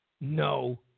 no